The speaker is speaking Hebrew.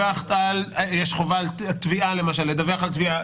יש חובה למשל לדווח על תביעה,